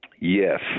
Yes